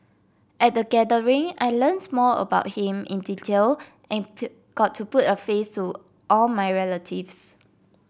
at the gathering I learnt more about him in detail and got to put a face to all my relatives